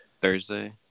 Thursday